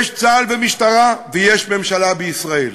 יש צה"ל ומשטרה ויש ממשלה בישראל.